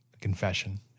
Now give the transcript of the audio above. confession